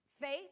Faith